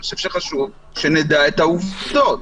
אני חושב שחשוב שנדע את העובדות.